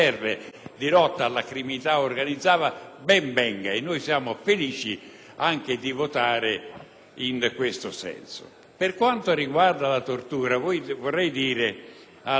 felici di votare in questo senso. Per quanto riguarda la tortura, vorrei dire al senatore Mantovano che questo reato, così com'è stato